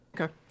Okay